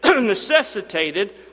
necessitated